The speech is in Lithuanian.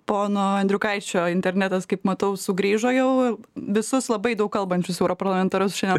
pono andriukaičio internetas kaip matau sugrįžo jau visus labai daug kalbančius europarlamentarus šiandien